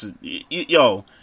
Yo